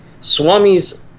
Swami's